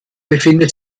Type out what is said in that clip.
befindet